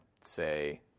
say